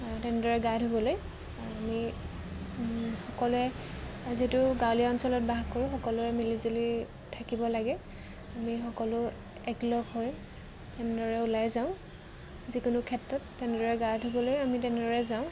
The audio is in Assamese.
তেনেদৰে গা ধুবলৈ আমি সকলোৱে যিহেতু গাঁৱলীয়া অঞ্চলত বাস কৰোঁ সকলোৱে মিলিজুলি থাকিব লাগে আমি সকলো একলগ হৈ তেনেদৰে ওলাই যাওঁ যিকোনো ক্ষেত্ৰত তেনেদৰে গা ধুবলৈ আমি তেনেদৰে যাওঁ